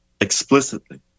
Explicitly